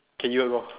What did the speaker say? k you go